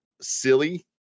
silly